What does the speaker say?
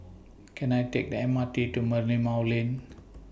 Can I Take The M R T to Merlimau Lane